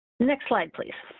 next slide please.